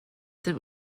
dem